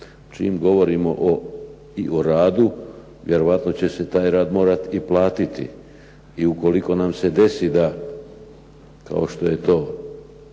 Čim govorimo i o radu, vjerojatno će se taj rad morati i platiti. I ukoliko nam se desi da kao što je to